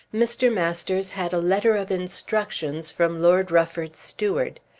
mr. masters had a letter of instructions from lord rufford's steward.